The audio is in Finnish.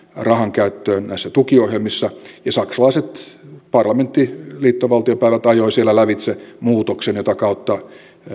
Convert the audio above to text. rahankäyttöön näissä tukiohjelmissa ja saksalaiset parlamenttiliittovaltiopäivät ajoi siellä lävitse muutoksen jota kautta